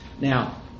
Now